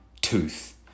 tooth